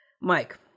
Mike